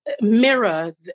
mirror